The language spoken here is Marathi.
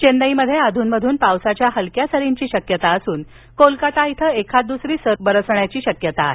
चेन्नईमध्ये अधूनमधून पावसाच्या हलक्या सरींची शक्यता असून कोलकाता इथं एखाद दुसरी सर बरसण्याची शक्यता आहे